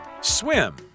Swim